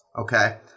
okay